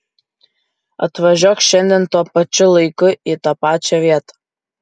atvažiuok šiandien tuo pačiu laiku į tą pačią vietą